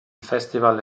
festival